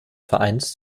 vereins